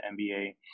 NBA